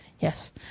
Yes